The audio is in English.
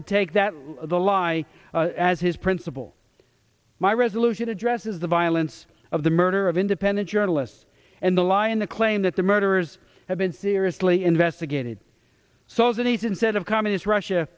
to take that the lie as his principle my resolution addresses the violence of the murder of independent journalists and the lie in the claim that the murders have been seriously investigated solzhenitsyn said of communist russia